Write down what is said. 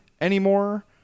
anymore